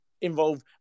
involve